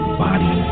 body